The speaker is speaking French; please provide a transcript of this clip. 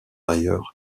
ailleurs